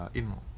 ino